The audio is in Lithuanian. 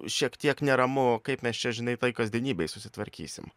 šiek tiek neramu kaip mes čia žinai toj kasdienybėj susitvarkysim